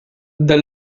the